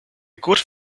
good